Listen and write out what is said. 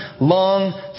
long